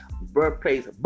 birthplace